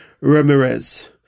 Ramirez